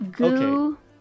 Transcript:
Okay